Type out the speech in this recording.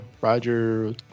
Roger